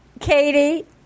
Katie